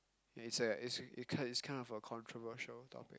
it's like it's it's kind of a controversial topic